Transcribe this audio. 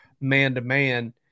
man-to-man